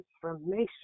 transformation